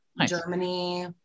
Germany